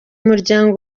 muryango